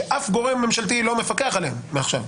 שאף גורם ממשלתי לא יפקח עליהם מעכשיו.